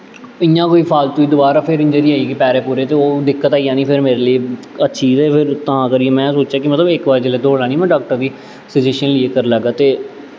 इ'यां कोई फालतू दबारा फिर इंजरी निं होई जा पैरें पूरें च ओह् दिक्कत आई जानी मेरे लेई अच्छी ते तां करियै में सोचेआ कि मतलब इक बारी जेल्लै दौड़ लानी में डाक्टर गी सज़ेशन लेइयै करी लैग्गा ते